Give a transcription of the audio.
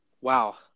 wow